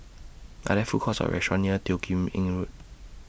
Are There Food Courts Or restaurants near Teo Kim Eng Road